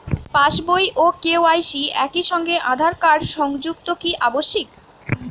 পাশ বই ও কে.ওয়াই.সি একই সঙ্গে আঁধার কার্ড সংযুক্ত কি আবশিক?